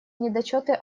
недочеты